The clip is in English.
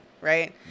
right